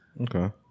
Okay